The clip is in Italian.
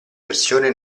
versione